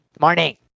Morning